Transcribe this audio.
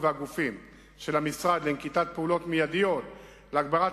והגופים של המשרד לנקיטת פעולות מיידיות להגברת